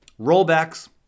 Rollbacks